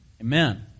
Amen